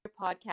podcast